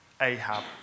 Ahab